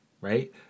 Right